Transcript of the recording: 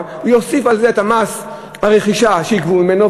הוא יוסיף על זה את מס הרכישה שיגבו ממנו,